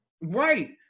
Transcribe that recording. Right